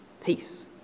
peace